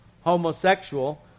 homosexual